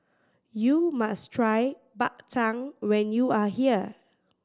you must try Bak Chang when you are here